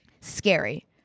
Scary